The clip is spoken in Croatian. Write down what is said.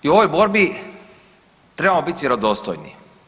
I u ovoj borbi trebamo biti vjerodostojni.